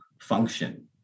function